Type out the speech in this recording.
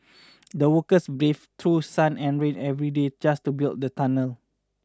the workers braved through sun and rain every day just to build the tunnel